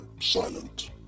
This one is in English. silent